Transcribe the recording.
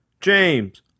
James